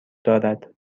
دارد